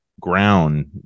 ground